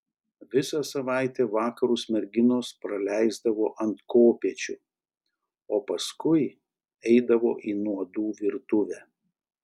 visą savaitę vakarus merginos praleisdavo ant kopėčių o paskui eidavo į nuodų virtuvę